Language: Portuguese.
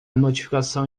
notificação